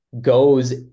goes